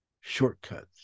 Shortcuts